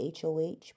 HOH